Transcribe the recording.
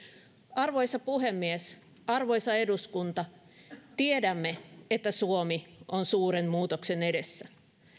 arvoisa puhemies arvoisa eduskunta tiedämme että suomi on suuren muutoksen edessä